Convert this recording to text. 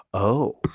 oh.